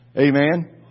Amen